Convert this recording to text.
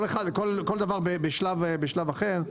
כל אחד בשלב אחר.